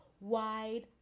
wide